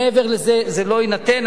מעבר לזה, זה לא יינתן.